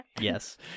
Yes